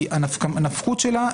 הנפקות שלה,